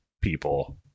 people